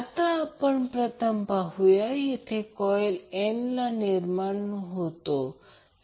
आता आपण प्रथम बघूया जेथे कॉइलला N निर्माण होतो आहे